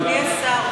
אדוני השר,